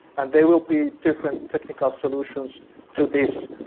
and there will be different technical solutions to this.